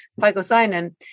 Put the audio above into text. phycocyanin